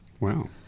Wow